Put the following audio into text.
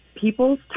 people's